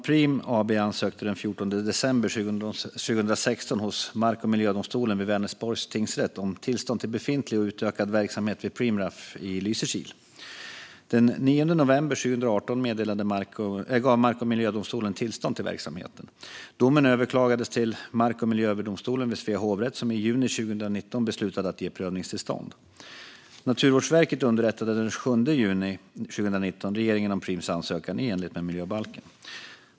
Preem AB ansökte den 14 december 2016 hos Mark och miljödomstolen vid Vänersborgs tingsrätt om tillstånd till befintlig och utökad verksamhet vid Preemraff i Lysekil. Den 9 november 2018 gav mark och miljödomstolen tillstånd till verksamheten. Domen överklagades till Mark och miljööverdomstolen vid Svea hovrätt, som i juni 2019 beslutade att ge prövningstillstånd. Naturvårdsverket underrättade den 27 juni 2019 regeringen om Preems ansökan, i enlighet med miljöbalken.